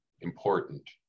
important